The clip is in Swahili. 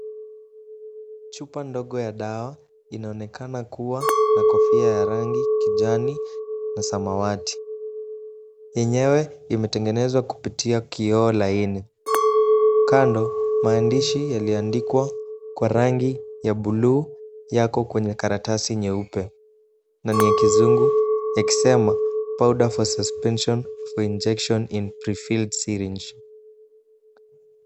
Chupa ndogo ya dawa inaonekana kuwa na kofia ya rangi kijani na samawati. Yenyewe imetengenezwa kupitia kioo laini. Kando maandishi yaliandikwa kwa rangi ya buluu yako kwenye karatasi nyeupe na ni ya kizungu yakisema powder for suspension for injection in prefilled syringe .